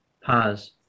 pause